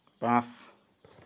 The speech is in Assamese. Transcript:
পাঁচ